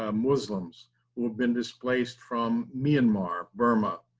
ah muslims who have been displaced from myanmar, burma,